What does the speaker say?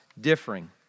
Differing